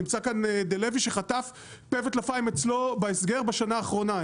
נמצא כאן דה-לוי שחטף פה וטלפיים אצלו בהסגר בשנה האחרונה.